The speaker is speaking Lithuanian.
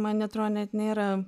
man atrodo net nėra